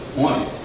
one